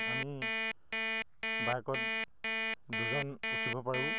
আমি বাইকত দুজন উঠিব পাৰোঁ